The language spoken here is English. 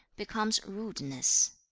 becomes rudeness.